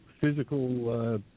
physical